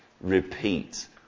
repeat